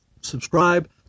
subscribe